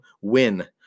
win